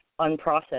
unprocessed